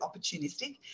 opportunistic